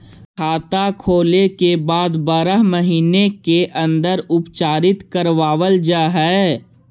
खाता खोले के बाद बारह महिने के अंदर उपचारित करवावल जा है?